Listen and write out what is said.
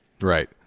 right